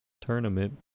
tournament